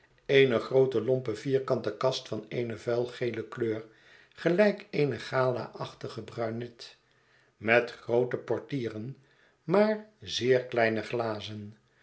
eene groote lompe vierkante kast van eene vuil gele kleur gelijk eene galachtige bruinet met groote portieren maar zeer kleine glazen